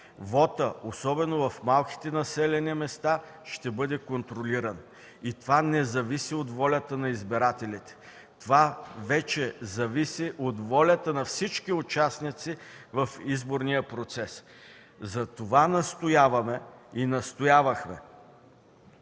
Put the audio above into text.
вотът – особено в малките населени места, ще бъде контролиран и това не зависи от волята на избирателите, а от волята на всички участници в изборния процес. Затова настояваме – печатниците